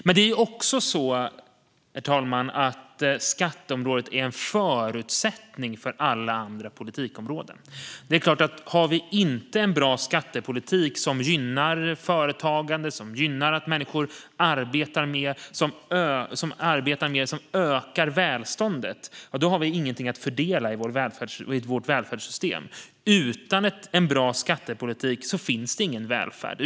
Men det är också så, herr talman, att skatteområdet är en förutsättning för alla andra politikområden. Har vi inte en bra skattepolitik som gynnar företagande, som gynnar att människor arbetar mer och som ökar välståndet har vi ingenting att fördela i vårt välfärdssystem. Utan en bra skattepolitik finns det ingen välfärd.